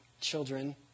children